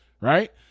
right